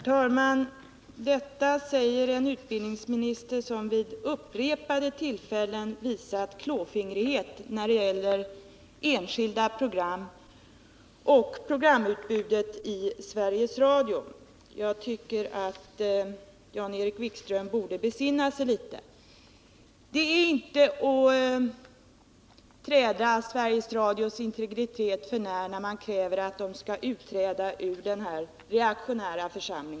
Herr talman! Detta säger en utbildningsminister som vid upprepade tillfällen visat klåfingrighet när det gäller enskilda program och programutbudet i Sveriges Radio. Jag tycker att Jan-Erik Wikström borde besinna sig litet. Det är inte att träda Sveriges Radios intregritet för när, då man kräver att företaget skall utträda ur ifrågavarande, mycket reaktionära församling.